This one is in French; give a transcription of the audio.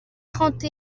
trente